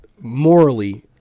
morally